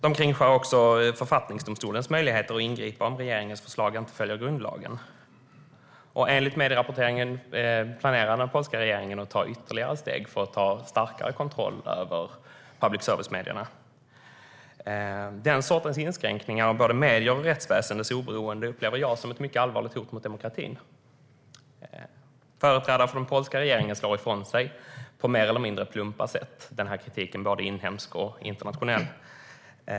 Man kringskär också författningsdomstolens möjligheter att ingripa om regeringens förslag inte följer grundlagen. Enligt medierapporteringen planerar den polska regeringen att ta ytterligare steg för att få starkare kontroll över public service-medierna. Den sortens inskränkningar av både mediers och rättsväsendets oberoende upplever jag som ett mycket allvarligt hot mot demokratin. Företrädare för den polska regeringen slår ifrån sig på mer eller mindre plumpa sätt. Den här kritiken är både inhemsk och internationell.